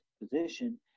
position